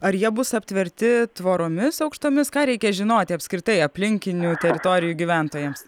ar jie bus aptverti tvoromis aukštomis ką reikia žinoti apskritai aplinkinių teritorijų gyventojams